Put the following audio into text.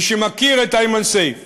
מי שמכיר את איימן סייף